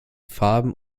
farben